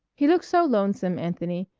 he looked so lonesome, anthony.